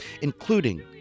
including